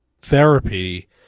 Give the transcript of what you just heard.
therapy